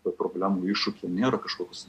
kad problemų iššūkiai nėra kažkoks